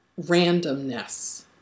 randomness